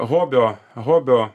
hobio hobio